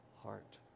heart